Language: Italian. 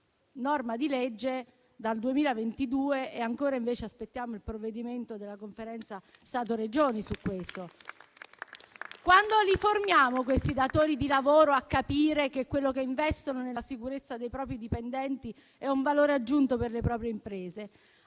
norma di legge già dal 2022 e invece ancora aspettiamo il provvedimento della Conferenza Stato-Regioni su questo. Quando formiamo i datori di lavoro affinché capiscano che quello che investono nella sicurezza dei propri dipendenti è un valore aggiunto per le proprie imprese?